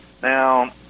Now